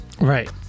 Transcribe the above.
right